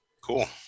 cool